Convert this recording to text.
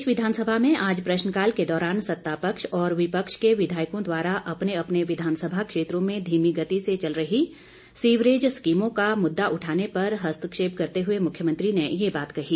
प्रदेश विधानसभा में आज प्रश्नकाल के दौरान सतापक्ष और विपक्ष के विधायकों द्वारा अपने अपने विधानसभा क्षेत्रों में धीमी गति से चल रही सीवरेज स्कीमों का मुद्दा उठाने पर हस्तक्षेप करते हुए मुख्यमंत्री ने ये बात कही